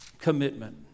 commitment